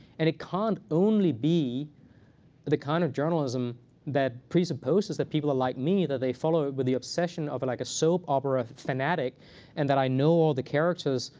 and it can't only be the kind of journalism that presupposes that people are like me, that they follow with the obsession of like a soap opera fanatic and that i know all the characters,